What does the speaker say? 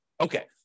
Okay